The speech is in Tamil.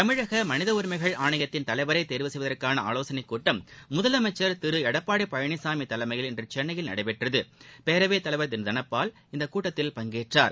தமிழக மனித உரிமைகள் ஆணையத்தின் தலைவரை தேர்வு செய்வதற்கான ஆலோசனைக் கூட்டம் முதலமைச்ச் திரு எடப்பாடி பழனிசாமி தலைமையில் இன்று சென்னையில் நடைபெற்றது பேரவைத் தலைவர் திரு தனபால் இக்கூட்டத்தில் பங்கேற்றார்